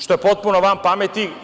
Što je potpuno van pameti.